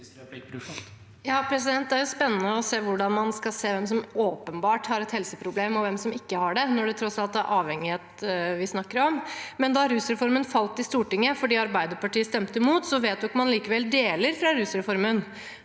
(H) Det blir spennende å se hvordan man skal se hvem som åpenbart har et helseproblem, og hvem som ikke har det, når det tross alt er avhengighet vi snakker om. Da rusreformen falt i Stortinget fordi Arbeiderpartiet stemte imot, vedtok man likevel deler av rusreformen.